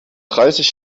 dreißig